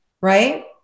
right